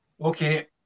Okay